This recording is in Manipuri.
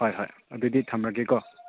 ꯍꯣꯏ ꯍꯣꯏ ꯑꯗꯨꯗꯤ ꯊꯝꯂꯒꯦꯀꯣ